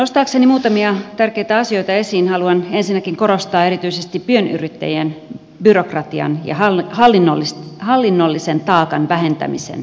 nostaakseni muutamia tärkeitä asioita esiin haluan ensinnäkin korostaa erityisesti pienyrittäjien byrokratian ja hallinnollisen taakan vähentämisen merkitystä